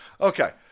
Okay